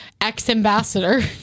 ex-ambassador